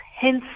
hence